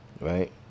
right